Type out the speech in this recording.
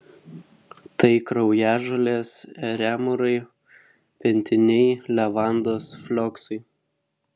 tai kraujažolės eremūrai pentiniai levandos flioksai